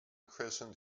christened